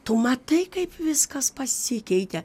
tu matai kaip viskas pasikeitė